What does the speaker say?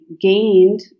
gained